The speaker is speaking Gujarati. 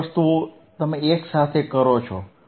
ત્રણેય વસ્તુઓ તમે એક સાથે કરો છો